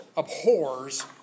abhors